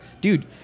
dude